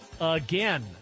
again